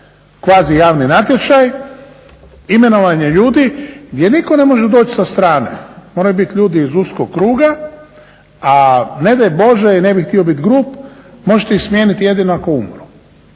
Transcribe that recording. kvazi javni natječaj, imenovanje ljudi gdje nitko ne može doći sa strane, moraju biti ljudi iz uskog kruga a ne daj Bože i ne bih htio biti grub, možete ih smijeniti jedino ako umru,